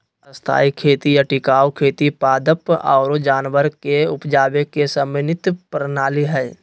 स्थायी खेती या टिकाऊ खेती पादप आरो जानवर के उपजावे के समन्वित प्रणाली हय